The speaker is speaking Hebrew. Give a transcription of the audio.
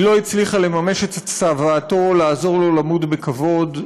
היא לא הצליחה לממש את צוואתו לעזור לו למות בכבוד,